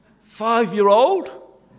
Five-year-old